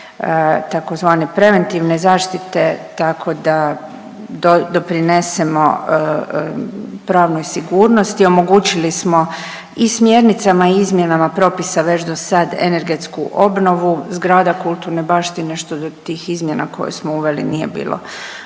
tzv. preventivne zaštite tako da doprinesemo pravnoj sigurnosti, omogućili smo i smjernicama i izmjenama propisa već do sad energetsku obnovu zgrada kulturne baštine što do tih izmjena koje smo uveli nije bilo